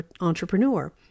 entrepreneur